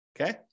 Okay